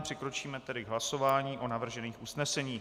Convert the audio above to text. Přikročíme tedy k hlasování o navržených usneseních.